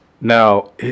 now